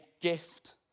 gift